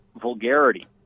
vulgarity